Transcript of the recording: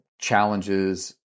challenges